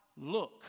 look